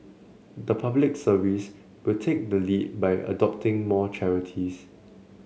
the Public Service will take the lead by adopting more charities